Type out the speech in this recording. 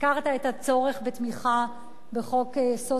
הזכרת את הצורך בתמיכה בחוק-יסוד,